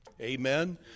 Amen